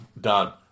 Done